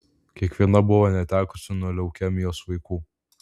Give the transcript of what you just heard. kiekviena buvo netekusi nuo leukemijos vaikų